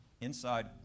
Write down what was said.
inside